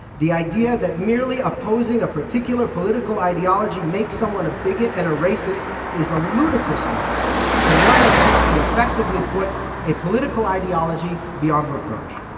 the idea that merely opposing a particular political ideology makes someone a bigot and a racist is a ludicrous notion and one that seeks to effectively put a political ideology beyond reproach.